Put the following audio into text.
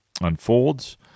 unfolds